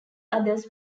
others